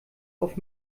auf